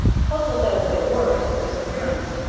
puzzled as they were at his disappearance,